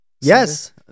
yes